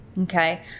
Okay